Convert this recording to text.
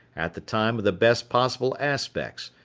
at the time of the best possible aspects,